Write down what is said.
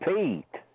Pete